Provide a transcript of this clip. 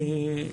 ומעלה,